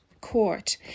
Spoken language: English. Court